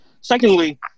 secondly